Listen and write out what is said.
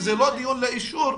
שזה לא דיון לאישור,